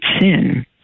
sin